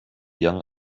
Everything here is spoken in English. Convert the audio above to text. young